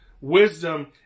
Wisdom